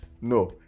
No